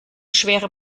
schwere